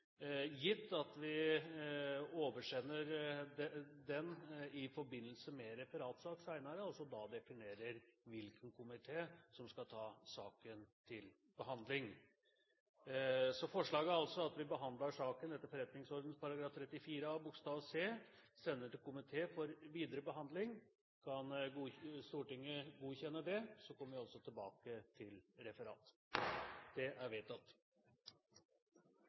gitt at vi oversender den i forbindelse med en referatsak senere, og da med hvilken komité som da skal ta saken til behandling. Forslaget er altså at vi behandler saken etter forretningsordenen § 34a bokstav c., sender den til komité for videre behandling. Kan Stortinget godkjenne det, og så kommer vi tilbake til det under et referat? – Det anses vedtatt.